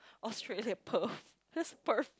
Australia Perth just Perth